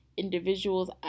individuals